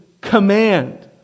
command